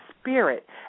spirit